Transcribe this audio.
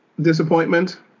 disappointment